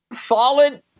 Solid